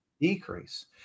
decrease